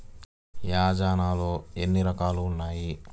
యోజనలో ఏన్ని రకాలు ఉన్నాయి?